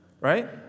right